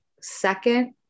second